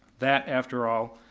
that after all,